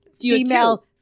female-